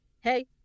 Hey